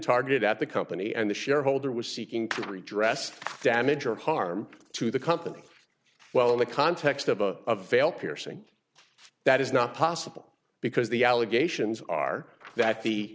target at the company and the shareholder was seeking three dressed damage or harm to the company well in the context of a failed piercing that is not possible because the allegations are that the